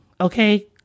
okay